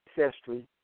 ancestry